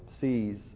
sees